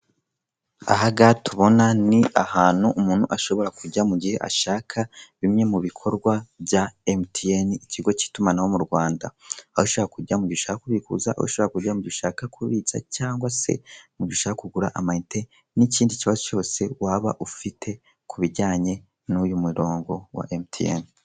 Aha ngaha tubona ni ahantu umuntu ashobora kujya mu gihe ashaka bimwe mu bikorwa bya emutiyeni ikigo k'itumanaho mu Rwanda, aho ushobora kujya mu gihe ushaka kubikuza, aho ushobora kujya mu gihe ushaka kubitsa cyangwa se mu gihe ushaka kugura amayinite n'ikindi kibazo cyose waba ufite kubijyanye n'uyu murongo wa emutiyene.